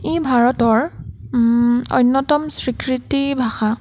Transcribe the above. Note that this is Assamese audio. ই ভাৰতৰ অন্যতম স্বীকৃতি ভাষা